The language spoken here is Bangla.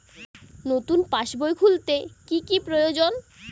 নতুন পাশবই খুলতে কি কি প্রয়োজন?